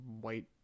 White